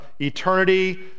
eternity